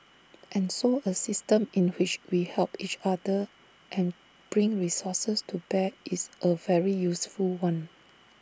and so A system in which we help each other and bring resources to bear is A very useful one